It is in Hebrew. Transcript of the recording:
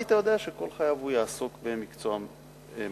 היית יודע שכל חייו הוא יעסוק במקצוע מסוים.